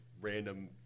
random